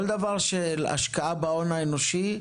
לדעתי כל דבר של השקעה בהון האנושי,